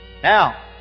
Now